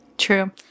true